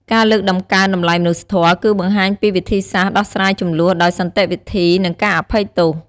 ការលើកតម្កើងតម្លៃមនុស្សធម៌ គឺបង្ហាញពីវិធីសាស្ត្រដោះស្រាយជម្លោះដោយសន្តិវិធី និងការអភ័យទោស។